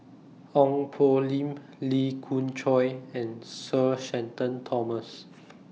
Ong Poh Lim Lee Khoon Choy and Sir Shenton Thomas